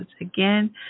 Again